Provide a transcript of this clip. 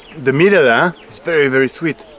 the middle ah? it's very very sweet.